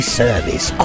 service